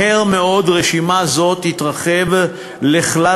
מהר מאוד רשימה זאת תתרחב לכלל